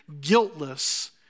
guiltless